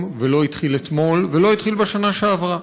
ולא התחיל אתמול ולא התחיל בשנה שעברה.